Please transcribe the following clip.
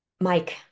Mike